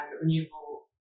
renewable